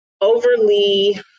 overly